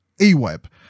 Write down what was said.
e-web